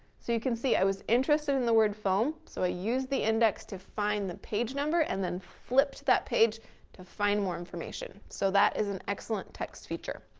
so you can see i was interested in the word foam. so i use the index to find the page number and then flipped to that page to find more information. so that is an excellent text feature.